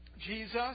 Jesus